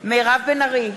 מירב בן ארי,